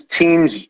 teams